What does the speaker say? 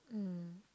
mm